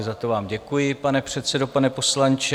Za to vám děkuji, pane předsedo, pane poslanče.